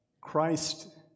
Christ